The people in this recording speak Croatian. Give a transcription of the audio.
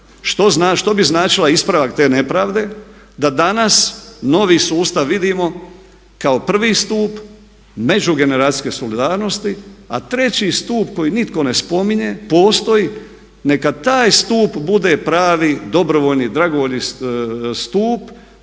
što bi značila ispravak te nepravde da danas novi sustav vidimo kao prvi stup međugeneracijske solidarnosti a treći stup koji nitko ne spominje, postoji, neka taj stup bude pravi, dobrovoljni, dragovoljni stup,